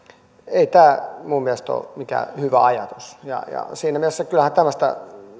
ei tämä minun mielestäni ole mikään hyvä ajatus kyllähän siinä mielessä tämmöistä